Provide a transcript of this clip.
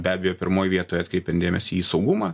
be abejo pirmoj vietoj atkreipiant dėmesį į saugumą